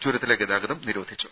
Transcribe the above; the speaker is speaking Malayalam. ചുരത്തിലെ ഗതാഗതം നിരോധിച്ചു